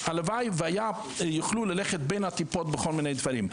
הלוואי שיכלו ללכת בין הטיפות בכל מיני דברים,